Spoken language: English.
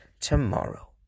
tomorrow